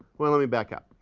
well, let me back up.